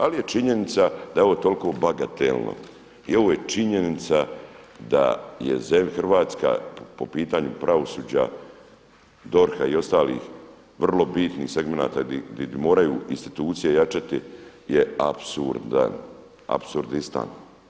Ali je činjenica da je ovo toliko bagatelno i ovo je činjenica da je Hrvatska po pitanju pravosuđa, DORH-a i ostalih vrlo bitnih segmenata gdje moraju institucije jačati je apsurdan, apsurdistan.